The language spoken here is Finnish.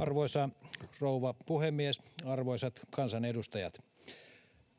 Arvoisa rouva puhemies! Arvoisat kansanedustajat!